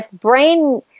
brain